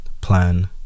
plan